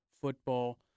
Football